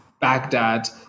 Baghdad